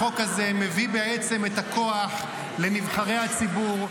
החוק הזה מביא בעצם את הכוח לנבחרי הציבור,